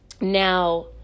Now